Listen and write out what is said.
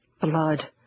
blood